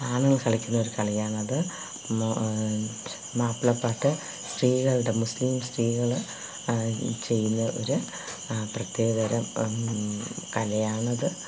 ആണുങ്ങൾ കളിക്കുന്ന ഒരു കളിയാണ് അത് മാപ്പിളപ്പാട്ട് സ്ത്രീകളുടെ മുസ്ലിം സ്ത്രീകൾ ചെയ്യുന്ന ഒരു പ്രത്യേക തരം കലയാണ് അത്